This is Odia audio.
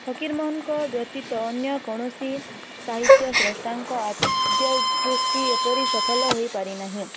ଫକୀରମୋହନଙ୍କ ବ୍ୟତୀତ ଅନ୍ୟ କୌଣସି ସାହିତ୍ୟ ଶ୍ରଷ୍ଠାଙ୍କ ଆଦ୍ୟ ସୃଷ୍ଟି ଏପରି ସଫଲ ହୋଇପାରି ନାହିଁ